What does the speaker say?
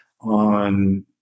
on